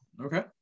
Okay